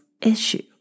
issue